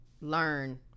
learn